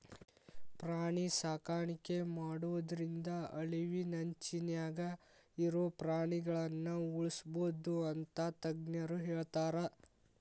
ಪ್ರಾಣಿ ಸಾಕಾಣಿಕೆ ಮಾಡೋದ್ರಿಂದ ಅಳಿವಿನಂಚಿನ್ಯಾಗ ಇರೋ ಪ್ರಾಣಿಗಳನ್ನ ಉಳ್ಸ್ಬೋದು ಅಂತ ತಜ್ಞರ ಹೇಳ್ತಾರ